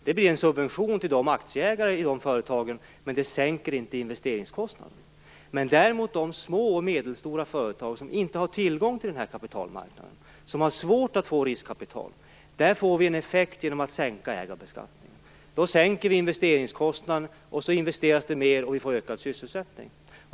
Det blir en subvention till aktieägarna i dessa företag, men det sänker inte investeringskostnaden. Men däremot de små och medelstora företag som inte har tillgång till kapitalmarknaden och som har svårt att få riskkapital får en effekt av sänkt ägarbeskattning. På det sättet sänks investeringskostnaden, vilket leder till ökade investeringar och ökad sysselsättning.